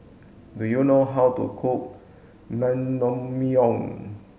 do you know how to cook Naengmyeon